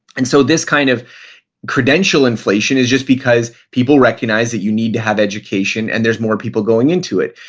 and so this kind of credential inflation is just because people recognize that you need to have education and there's more people going into it.